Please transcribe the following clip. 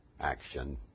action